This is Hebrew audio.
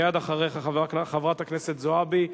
מייד אחריך, חברת הכנסת זועבי.